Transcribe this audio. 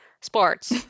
sports